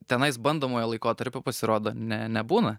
tenais bandomojo laikotarpio pasirodo ne nebūna